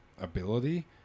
ability